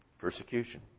Persecution